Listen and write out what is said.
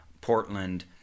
Portland